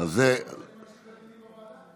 אתה רואה שאני מקשיב לדיונים בוועדה?